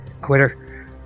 Quitter